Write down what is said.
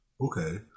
Okay